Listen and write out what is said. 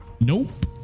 Nope